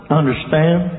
understand